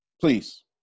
please